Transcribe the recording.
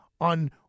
on